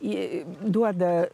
ji duoda